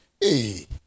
Hey